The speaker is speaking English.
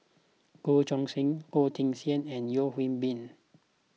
Goh Choo San Goh Teck Sian and Yeo Hwee Bin